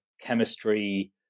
chemistry